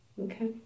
Okay